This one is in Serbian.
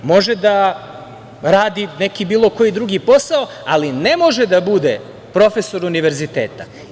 Može da radi neki bilo koji drugi posao, ali ne može da bude profesor univerziteta.